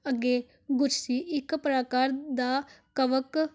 ਅੱਗੇ ਗੁਰਸ਼ੀ ਇੱਕ ਪ੍ਰਕਾਰ ਦਾ ਕਵਕ